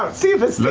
see if it